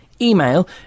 Email